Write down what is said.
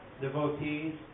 Devotees